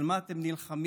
על מה אתם נלחמים,